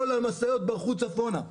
כל המשאיות ברחו צפונה.